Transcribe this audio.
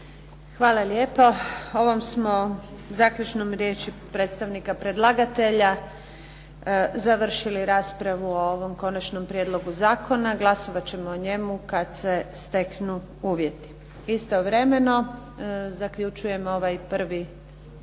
Hvala lijepo. Ovom smo završnom riječi predstavnika predlagatelja završili raspravu o ovom konačnom prijedlogu zakona. Glasovat ćemo o njemu kada se steknu uvjeti. Istovremeno zaključujem ovaj prvi